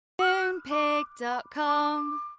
Moonpig.com